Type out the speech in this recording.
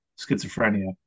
schizophrenia